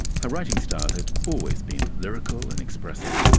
her writing style had always been lyrical and expressive,